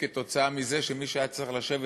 מזה שמי שהיה צריך לשבת,